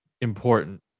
important